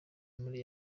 muri